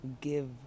give